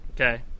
okay